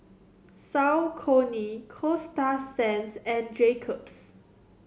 Saucony Coasta Sands and Jacob's